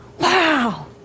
wow